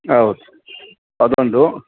ಹೌದು ಅದೊಂದು